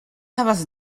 havas